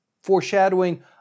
foreshadowing